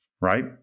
right